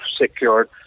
secured